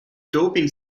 doping